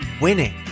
winning